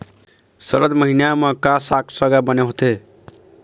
सरद महीना म का साक साग बने होथे?